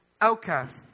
Outcast